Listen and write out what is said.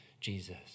Jesus